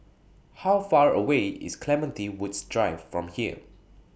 How Far away IS Clementi Woods Drive from here